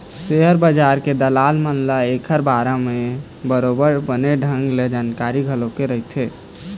share बजार के दलाल मन ल ऐखर बारे म बरोबर बने ढंग के जानकारी घलोक रहिथे